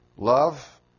Love